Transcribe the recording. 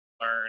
learn